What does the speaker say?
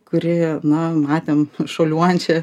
kuri na matėm šuoliuojančią